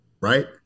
Right